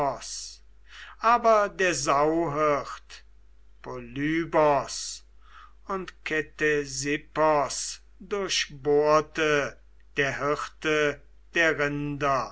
aber der sauhirt polybos und ktesippos durchbohrte der hirte der rinder